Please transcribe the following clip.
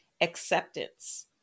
acceptance